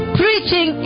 preaching